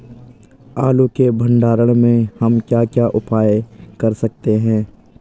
आलू के भंडारण में हम क्या क्या उपाय कर सकते हैं?